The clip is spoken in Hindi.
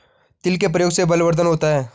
तिल के प्रयोग से बलवर्धन होता है